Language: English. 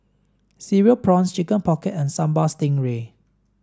cereal prawns chicken pocket and Sambal stingray